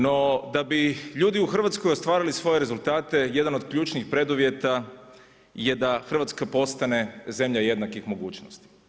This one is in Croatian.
No, da bi ljudi u Hrvatskoj ostvarili svoje rezultate jedan od ključnih preduvjeta je da Hrvatska postane zemlja jednakih mogućnosti.